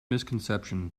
misconception